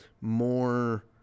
more